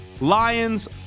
Lions